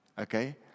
Okay